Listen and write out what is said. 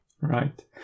Right